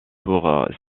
pour